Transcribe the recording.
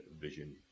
vision